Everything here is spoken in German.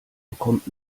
bekommt